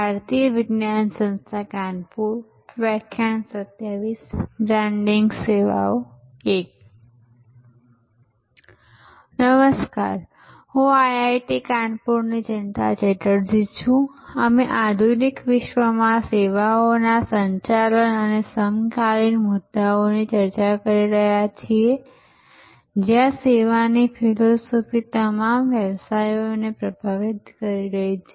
branding સેવાઓ I નમસ્કાર હું IIT કાનપુરની જયંતા ચેટર્જી છું અમે આધુનિક વિશ્વમાં સેવાઓના સંચાલન અને સમકાલીન મુદ્દાઓની ચર્ચા કરી રહ્યા છીએ જ્યાં સેવાની ફિલસૂફી તમામ વ્યવસાયોને પ્રભાવિત કરી રહી છે